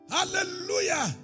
Hallelujah